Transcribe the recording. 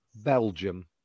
Belgium